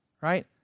right